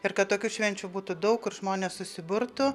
ir kad tokių švenčių būtų daug kur žmonės susiburtų